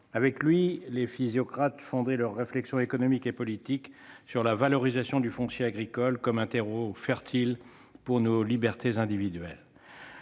Avec lui, les physiocrates fondaient leur réflexion économique et politique sur la valorisation du foncier agricole, terreau fertile pour nos libertés individuelles.